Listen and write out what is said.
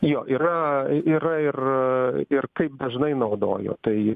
jo yra y yra ir ir kaip dažnai naudojo tai